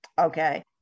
Okay